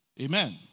Amen